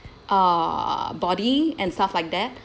uh body and stuff like that